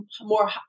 more